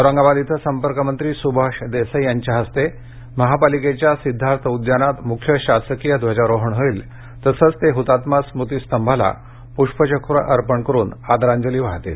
औरंगाबाद इथं संपर्क मंत्री सुभाष देसाई यांच्या हस्ते महापालिकेच्या सिद्धार्थ उद्यानात मुख्य शासकीय ध्वजारोहण होईल तसंच ते हुतात्मा स्मृती स्तंभाला पुष्पचक्र अर्पण करून आदरांजली अर्पण करणार आहेत